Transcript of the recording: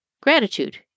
Gratitude